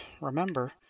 remember